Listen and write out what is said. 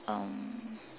um